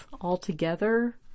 altogether